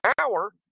hour